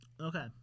Okay